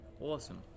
Awesome